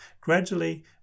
Gradually